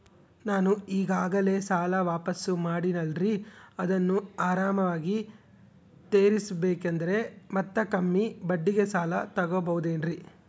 ನಾನು ಈಗಾಗಲೇ ಸಾಲ ವಾಪಾಸ್ಸು ಮಾಡಿನಲ್ರಿ ಅದನ್ನು ಆರಾಮಾಗಿ ತೇರಿಸಬೇಕಂದರೆ ಮತ್ತ ಕಮ್ಮಿ ಬಡ್ಡಿಗೆ ಸಾಲ ತಗೋಬಹುದೇನ್ರಿ?